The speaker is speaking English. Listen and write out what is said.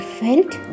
felt